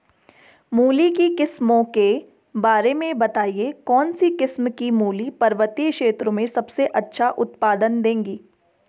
मूली की किस्मों के बारे में बताइये कौन सी किस्म की मूली पर्वतीय क्षेत्रों में सबसे अच्छा उत्पादन देंगी?